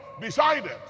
decided